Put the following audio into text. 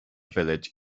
village